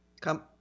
Come